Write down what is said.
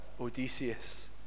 Odysseus